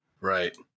Right